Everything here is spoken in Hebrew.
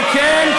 כן,